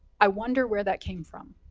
i wonder where that came from?